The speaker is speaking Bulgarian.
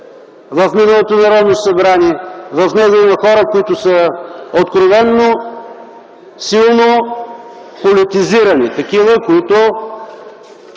в миналото Народно събрание. В него има хора, които са откровено, силно политизирани, такива, които